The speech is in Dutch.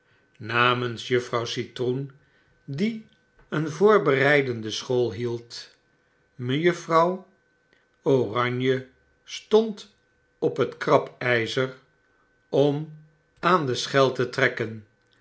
namens juffrouw citroen die een voorbereidende school hield mejuffrouw oranje stond op het krab gzer om aan de schel te trekken